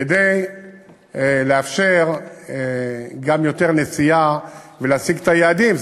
כדי לאפשר גם נסיעה רבה יותר וגם להשיג את היעדים,